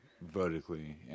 vertically